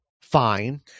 fine